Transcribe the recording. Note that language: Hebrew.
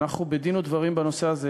ואנחנו בדין ודברים בנושא הזה.